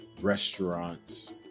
restaurants